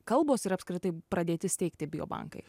kalbos ir apskritai pradėti steigti biobankai